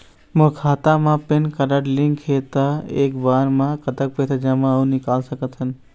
मोर खाता मा PAN card link हे ता एक बार मा कतक पैसा जमा अऊ निकाल सकथन?